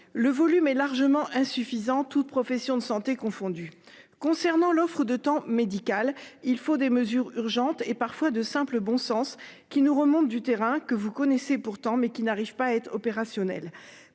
Le volume est largement insuffisant toutes professions de santé confondues concernant l'offre de temps médical, il faut des mesures urgentes et parfois de simple bon sens qui nous remonte du terrain que vous connaissez pourtant mais qui n'arrive pas à être opérationnel.